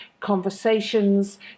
conversations